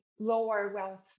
Lower-wealth